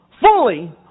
fully